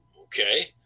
okay